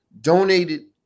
donated